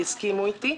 יסכימו איתי.